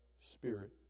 Spirit